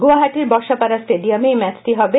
গুয়াহাটির বর্ষাপাড়া স্টেডিয়ামে এই ম্যাচটি হবে